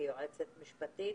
היועצת המשפטית.